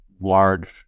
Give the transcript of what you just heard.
large